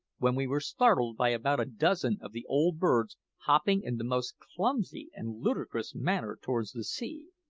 when we were startled by about a dozen of the old birds hopping in the most clumsy and ludicrous manner towards the sea.